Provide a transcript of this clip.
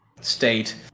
state